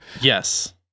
Yes